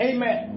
Amen